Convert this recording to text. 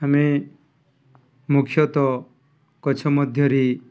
ଆମେ ମୁଖ୍ୟତଃ ଗଛ ମଧ୍ୟରେ